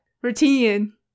Routine